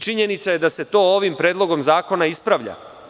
Činjenica je i da se to ovim predlogom zakona ispravlja.